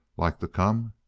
like to come?